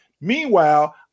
Meanwhile